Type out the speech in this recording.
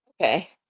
okay